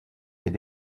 est